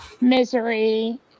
misery